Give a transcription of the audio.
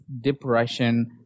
depression